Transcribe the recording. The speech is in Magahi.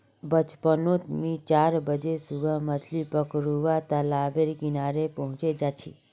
बचपन नोत मि चार बजे सुबह मछली पकरुवा तालाब बेर किनारे पहुचे जा छी